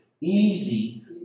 easy